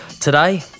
Today